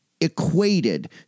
equated